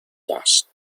گشت